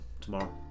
tomorrow